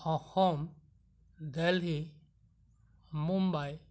Assam Delhi Mumbai